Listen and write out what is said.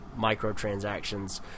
microtransactions